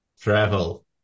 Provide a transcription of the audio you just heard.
Travel